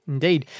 Indeed